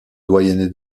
doyenné